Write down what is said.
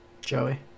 Joey